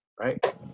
right